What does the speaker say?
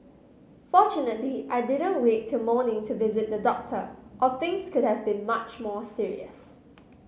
fortunately I didn't wait till morning to visit the doctor or things could have been much more serious